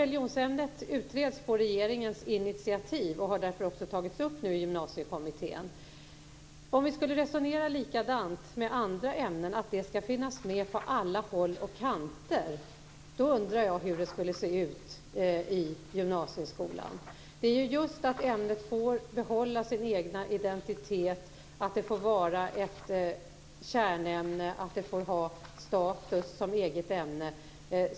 Religionsämnet utreds på regeringens initiativ och har därför tagits upp i Gymnasiekommittén. Om vi skulle resonera likadant om andra ämnen - att religionskunskapen skall finnas med på alla håll och kanter - då undrar jag hur det skulle se ut i gymnasieskolan. Det är viktigt att ämnet får behålla sin egen identitet, att det får vara ett kärnämne och att det får ha status som eget ämne.